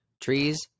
trees